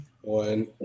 one